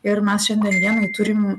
ir mes šiandien dienai turim